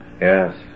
Yes